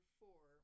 four